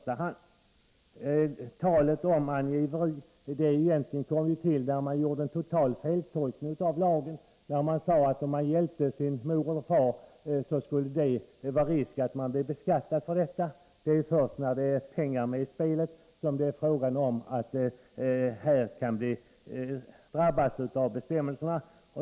Talet om angiveri kom egentligen till när man gjorde en total feltolkning av lagen och sade att om man hjälpte sin mor och far skulle det vara risk att man blev beskattad. Det är först när det är pengar med i spelet som det är fråga om att någon kan beröras av dessa bestämmelser.